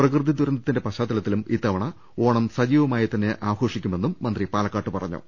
പ്രകൃതി ദുരന്തത്തിന്റെ പശ്ചാത്തലത്തിലും ഇത്തവണ ഓണം സജീവ മായിത്തന്നെ ആഘോഷിക്കുമെന്നും മന്ത്രി പാലക്കാട്ട് പറഞ്ഞു